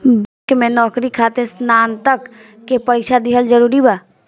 Bank में नौकरी खातिर स्नातक के परीक्षा दिहल जरूरी बा?